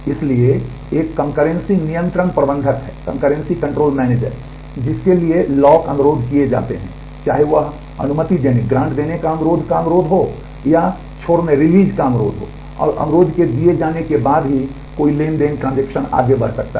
इसलिए एक कंकर्रेंसी का अनुरोध हो और अनुरोध के दिए जाने के बाद ही कोई ट्रांज़ैक्शन आगे बढ़ सकता है